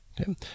Okay